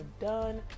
done